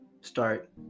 start